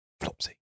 Flopsy